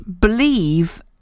believe